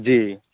जी